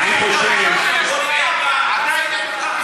ואני אתייחס נקודה-נקודה.